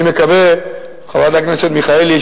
חברת הכנסת מיכאלי,